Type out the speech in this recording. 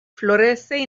florece